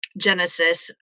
Genesis